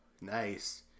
Nice